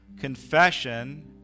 confession